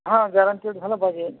हा गॅरेंटेड झाला पाहिजे